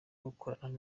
gukorana